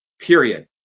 period